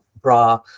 bra